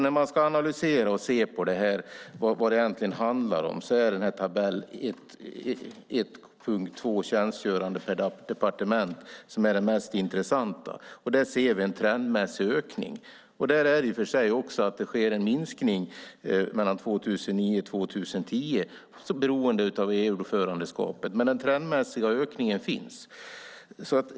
När man ska analysera och se vad det här egentligen handlar om är det tabell 1.2, tjänstgörande per departement, som är den mest intressanta. Där ser vi en trendmässig ökning. I och för sig har det skett en minskning mellan 2009 och 2010 beroende av EU-ordförandeskapet. Men en trendmässig ökning finns.